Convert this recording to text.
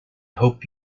hope